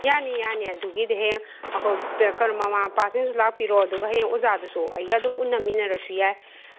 ꯌꯥꯅꯤ ꯌꯥꯅꯤ ꯑꯗꯨꯒꯤꯗꯤ ꯍꯌꯦꯡ ꯑꯩꯈꯣꯏ ꯀꯩꯅꯣ ꯃꯃꯥ ꯃꯄꯥ ꯁꯤꯡꯁꯨ ꯂꯥꯛꯄꯤꯔꯣ ꯑꯗꯨꯒ ꯍꯌꯦꯡ ꯑꯣꯖꯥꯗꯨꯁꯨ ꯑꯩꯒ ꯑꯗꯨꯝ ꯎꯅꯃꯤꯅꯔꯁꯨ ꯌꯥꯏ